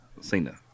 Cena